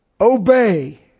obey